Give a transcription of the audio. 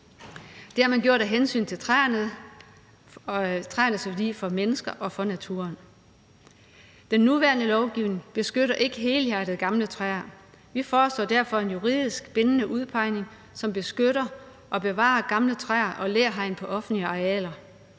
Det har man gjort af hensyn til træerne og træernes værdi for mennesker og for naturen. Den nuværende lovgivning beskytter ikke helhjertet gamle træer. Vi foreslår derfor en juridisk bindende udpegning, som beskytter og bevarer gamle træer og læhegn på offentlige arealer.